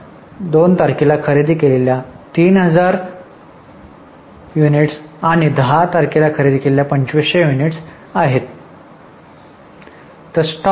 तर 2 ला खरेदी केलेल्या 3000 युनिट्स आणि 10 रोजी 2500 युनिट्स खरेदी केल्या